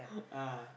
ah